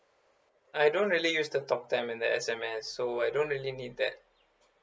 I don't really use the talk time and the S_M_S so I don't really need that